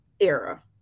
era